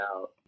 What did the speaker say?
out